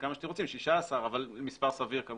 כמה שאתם רוצים, 16, אבל מספר סביר.